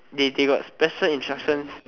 they they got special instructions